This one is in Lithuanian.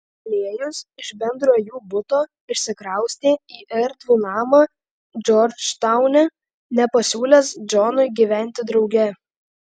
klėjus iš bendro jų buto išsikraustė į erdvų namą džordžtaune nepasiūlęs džonui gyventi drauge